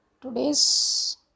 today's